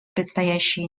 предстоящие